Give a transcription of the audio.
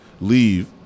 leave